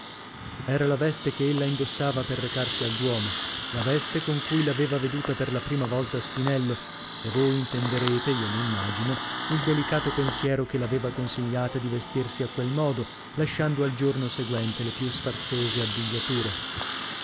era la veste che ella indossava per recarsi al duomo la veste con cui l'aveva veduta per la prima volta spinello e voi intenderete io m'immagino il delicato pensiero che l'aveva consigliata di vestirsi a quel modo lasciando al giorno seguente le più sfarzose abbigliature ma